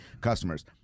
customers